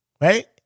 Right